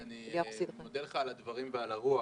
אילן, אני מודה לך על הדברים ועל הרוח.